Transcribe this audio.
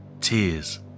Tears